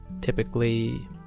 typically